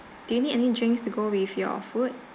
do you need any drinks to go with your food